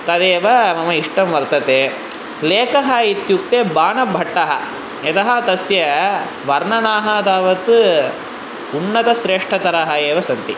तदेव मम इष्टं वर्तते लेखः इत्युक्ते बाणभट्टः यत् तस्याः वर्णनं तावत् उन्नतः श्रेष्ठतरः एव सन्ति